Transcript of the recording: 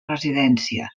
residència